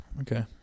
Okay